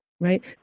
right